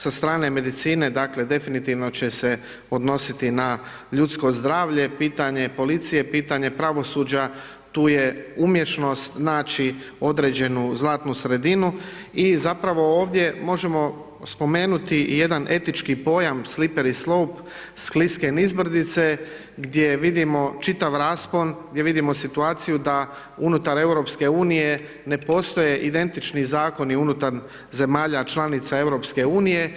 Sa strane medicine, dakle, definitivno će se odnositi na ljudsko zdravlje, pitanje policije, pitanje pravosuđa, tu je umješnost, znači, određenu zlatnu sredinu i zapravo ovdje možemo spomenuti i jedan etički pojam sliper i sloup, skliske nizbrdice, gdje vidimo čitav raspon, gdje vidimo situaciju da unutar EU ne postoje identični Zakoni unutar zemalja članica EU.